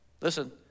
listen